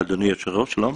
אדוני היושב ראש, שלום.